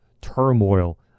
turmoil